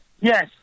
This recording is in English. Yes